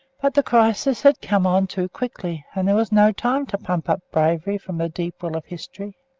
but the crisis had come on too quickly, and there was no time to pump up bravery from the deep well of history.